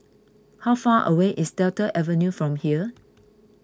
how far away is Delta Avenue from here